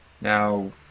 Now